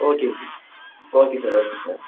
ஓகேங்க sir okay sir okay sir